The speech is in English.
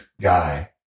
guy